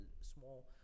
small